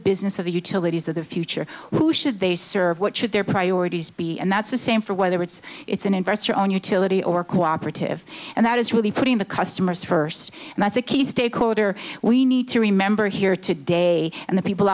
business of the utilities of the future who should they serve what should their priorities be and that's the same for whether it's it's an investor owned utility or co operative and that is really putting the customers first and that's a key stakeholder we need to remember here to day and the people